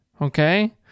Okay